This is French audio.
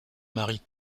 marie